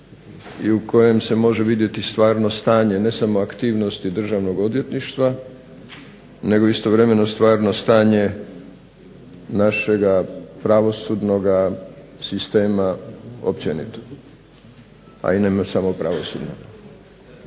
i u kojem se može vidjeti stvarno stanje ne samo aktivnosti Državnog odvjetništva, nego istovremeno stvarno stanje našega pravosudnoga sistema općenito, a i nema samo pravosudno.